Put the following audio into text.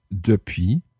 depuis